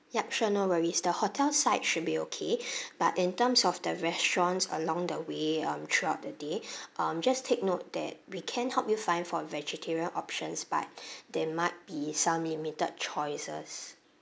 yup sure no worries the hotel side should be okay but in terms of the restaurants along the way um throughout the day um just take note that we can help you find for vegetarian options but there might be some limited choices